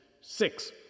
Six